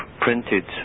printed